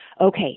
Okay